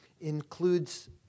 Includes